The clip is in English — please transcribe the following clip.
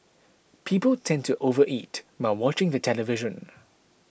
people tend to overeat while watching the television